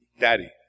Daddy